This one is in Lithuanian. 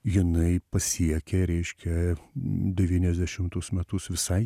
jinai pasiekė reiškia devyniasdešimtus metus visai